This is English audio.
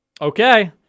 Okay